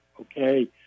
okay